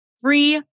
free